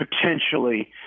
potentially